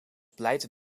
beleid